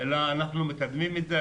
אלא אנחנו מקדמים את זה,